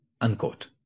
Unquote